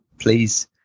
please